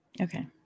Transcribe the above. Okay